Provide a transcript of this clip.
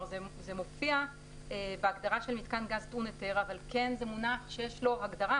זה מופיע בהגדרה של "מיתקן גז טעון היתר" אבל כן זה מונח שיש לו הגדרה,